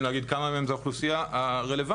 להגיד כמה מהן זה האוכלוסייה הרלוונטית.